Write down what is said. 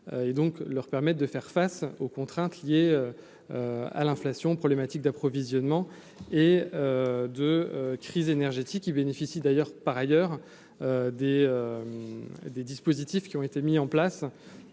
et donc leur permettent de faire. Face aux contraintes liées à l'inflation problématique d'approvisionnement et de crise énergétique, il bénéficie d'ailleurs par ailleurs des des dispositifs qui ont été mis en place